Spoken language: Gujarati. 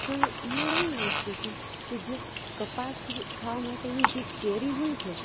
તો એ ઇયળ એવી વસ્તુ છે કે જે કપાસ ખાવા માટેની જે કેરી હોય છે